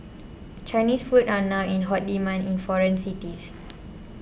Chinese food are now in hot demand in foreign cities